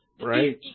Right